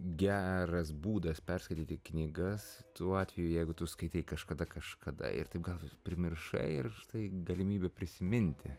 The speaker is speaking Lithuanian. geras būdas perskaityti knygas tuo atveju jeigu tu skaitei kažkada kažkada ir taip gal primiršai ir štai galimybė prisiminti